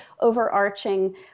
overarching